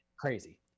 Crazy